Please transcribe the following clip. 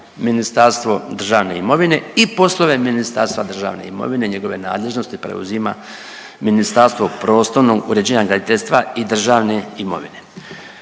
Ministarstvo državne imovine i poslove Ministarstva državne imovine njegove nadležnosti preuzima Ministarstvo prostornog uređenja, graditeljstva i državne imovine.